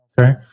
Okay